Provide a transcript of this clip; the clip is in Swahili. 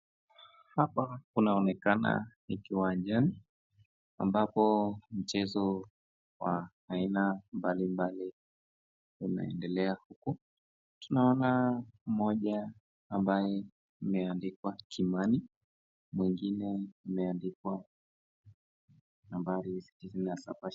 Hapa kunaonekana ni kiwanjani, ambapo mchezo wa aina mbalimbali unaendelea hapo. Tunaona moja ambaye imeandikwa kiimani mwingine imeandikwa nambari 27.